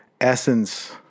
essence